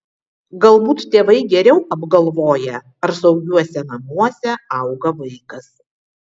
galbūt tėvai geriau apgalvoja ar saugiuose namuose auga vaikas